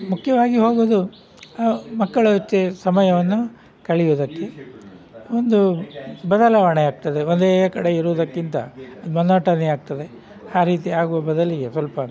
ಮುಖ್ಯವಾಗಿ ಹೋಗುವುದು ಮಕ್ಕಳ ಜೊತೆ ಸಮಯವನ್ನು ಕಳೆಯುದಕ್ಕೆ ಒಂದು ಬದಲಾವಣೆ ಆಗ್ತದೆ ಒಂದೇ ಕಡೆ ಇರುವುದಕ್ಕಿಂತ ಮೊನೊಟನಿ ಆಗ್ತದೆ ಆ ರೀತಿ ಆಗುವ ಬದಲಿಗೆ ಸ್ವಲ್ಪ